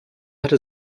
hatte